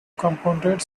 compounded